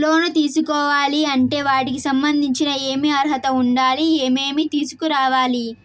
లోను తీసుకోవాలి అంటే వాటికి సంబంధించి ఏమి అర్హత ఉండాలి, ఏమేమి తీసుకురావాలి